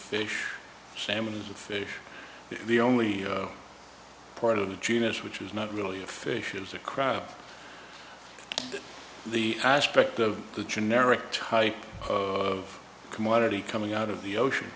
fish sandwich and fish the only part of the jewish which is not really a fish is a crop the aspect of the generic type of commodity coming out of the ocean